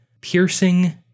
piercing